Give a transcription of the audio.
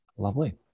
Lovely